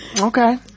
okay